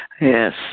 Yes